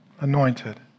anointed